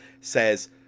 says